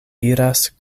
iras